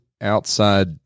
outside